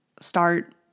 start